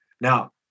Now